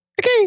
Okay